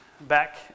back